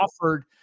offered